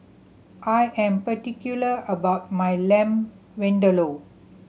I am particular about my Lamb Vindaloo